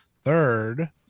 Third